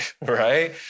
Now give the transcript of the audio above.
right